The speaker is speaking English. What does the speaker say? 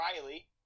Riley